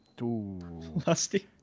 Lusty